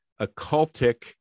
occultic